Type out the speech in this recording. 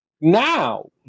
now